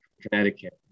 Connecticut